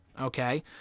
Okay